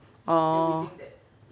orh